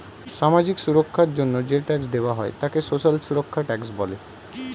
সামাজিক সুরক্ষার জন্য যে ট্যাক্স দেওয়া হয় তাকে সোশ্যাল সুরক্ষা ট্যাক্স বলে